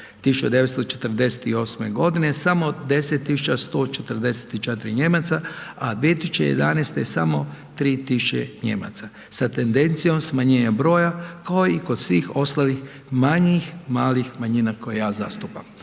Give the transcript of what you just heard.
1948.g. samo 10144 Nijemaca, a 2011. je samo 3000 Nijemaca sa tendencijom smanjenja broja kao i kod svih ostalih manjih malih manjina koje ja zastupam.